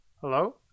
Hello